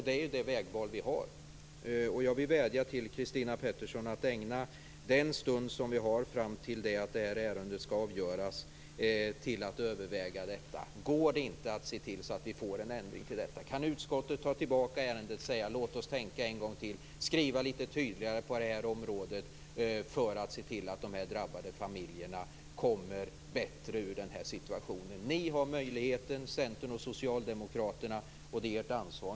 Det är det vägval som vi har. Jag vill vädja till Christina Pettersson att ägna den stund som vi har fram till att detta ärende skall avgöras till att överväga detta. Är det inte möjligt att se till att vi får en ändring av detta? Kan utskottet ta tillbaka ärendet och gå igenom det en gång till samt skriva litet tydligare på detta område för att se till att de drabbade familjerna kommer ur denna situation på ett bättre sätt? Centern och Socialdemokraterna har denna möjlighet, och det är nu ert ansvar.